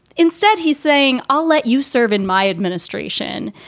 instead, he's saying, i'll let you serve in my administration.